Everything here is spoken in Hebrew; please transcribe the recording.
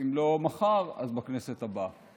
אם לא מחר אז בכנסת הבאה.